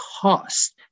cost